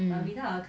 um